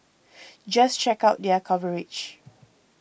just check out their coverage